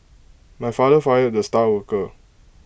my father fired the star worker